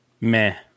Meh